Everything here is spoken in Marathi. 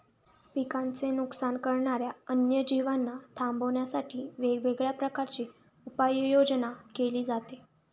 पिकांचे नुकसान करणाऱ्या अन्य जीवांना थांबवण्यासाठी वेगवेगळ्या प्रकारची उपाययोजना केली जाते